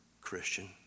Christian